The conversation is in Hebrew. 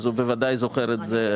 אז הוא בוודאי זוכר את זה.